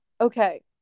Okay